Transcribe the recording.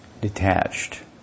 detached